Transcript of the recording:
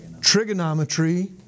trigonometry